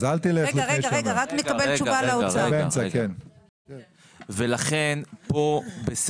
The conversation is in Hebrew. לכן פה,